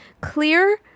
clear